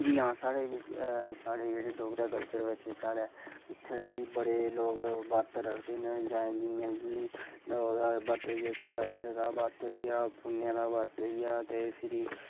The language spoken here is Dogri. साढे़ इत्थै डोगरा कलचर च साढे इत्थै बी बड़े लोक बर्त रखदे न जि'यां कि शिवरात्री दा बर्त होई गेआ पुन्नेआ दा बर्त होई गेआ